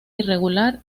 irregular